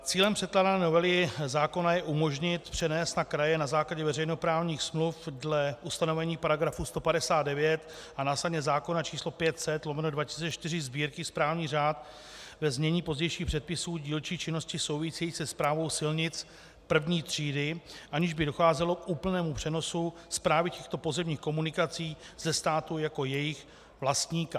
Cílem předkládané novely zákona je umožnit přenést na kraje na základě veřejnoprávních smluv dle ustanovení § 159 a následně zákona číslo 500/2004 Sb., správní řád, ve znění pozdějších předpisů, dílčí činnosti související se správou silnic první třídy, aniž by docházelo k úplnému přenosu správy těchto pozemních komunikací ze státu jako jejich vlastníka.